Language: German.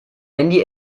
handy